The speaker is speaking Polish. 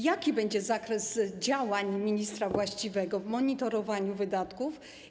Jaki będzie zakres działań ministra właściwego do spraw monitorowania wydatków?